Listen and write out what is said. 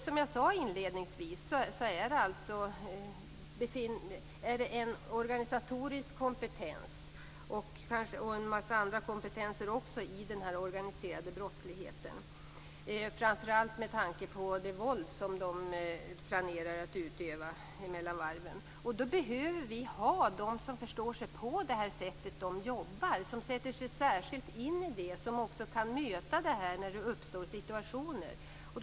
Som jag sade tidigare finns det en organisatorisk kompetens och annan kompetens i denna organiserade brottslighet, framför allt i det våld som utövas mellan varven. Då behöver vi ha sådana som förstår sig på och sätter sig in i det sätt som dessa jobbar på, och som kan möta detta när situationer uppstår.